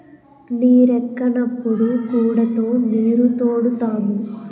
నీరెక్కనప్పుడు గూడతో నీరుతోడుతాము